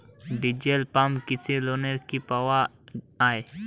Diesel pump কৃষি লোনে কি পাওয়া য়ায়?